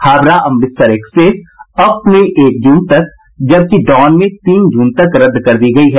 Howrah Amritsar express up में एक जून तक जबकि डाउन में तीन जून तक रद्द कर दी गयी है